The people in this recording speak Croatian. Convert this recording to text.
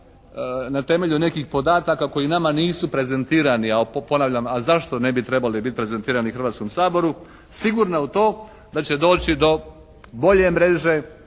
na temelju nekih podataka koji nama nisu prezentirani, a ponavljam a zašto ne bi trebali biti prezentirani Hrvatskom saboru, sigurna u to da će doći do bolje mreže,